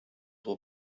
will